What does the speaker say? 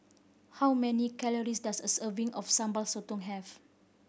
how many calories does a serving of Sambal Sotong have